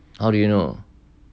how do you know